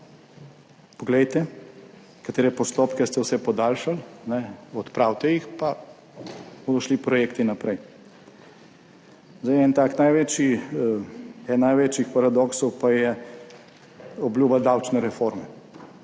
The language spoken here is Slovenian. Poglejte, katere vse postopke ste podaljšali, odpravite jih, pa bodo šli projekti naprej. Eden največjih paradoksov pa je obljuba davčne reforme.